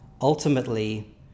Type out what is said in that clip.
ultimately